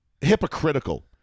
hypocritical